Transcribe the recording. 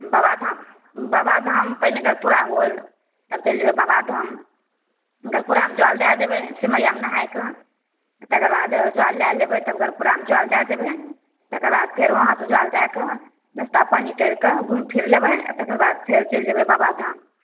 बाबाधाम बाबाधाम पहिने गरपुरा हुअल तब चलि जेबय बाबाधाम गरपुरामे जल दए देबय सिमरियामे नहा कऽ तकर बाद जल लए लेबय तब गरपुरामे जल दए देबय तकर बाद फेर उहाँसँ जल दए कऽ नस्ता पानि करि कऽ घुमि फिर लेबय आओर तकर बाद फेर चलि जेबय बाबाधाम